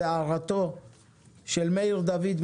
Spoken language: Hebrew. והערתו של מאיר דוד,